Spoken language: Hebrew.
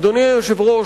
אדוני היושב-ראש,